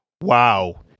Wow